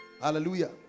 hallelujah